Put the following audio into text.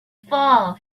far